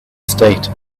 state